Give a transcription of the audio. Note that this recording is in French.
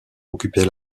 occuper